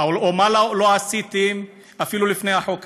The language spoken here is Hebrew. או מה לא עשיתם לפני החוק הזה: